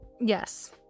Yes